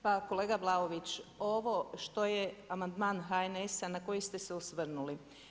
Pa kolega Vlaović, ovo što je amandman HNS-a na koji ste se osvrnuli.